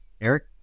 Eric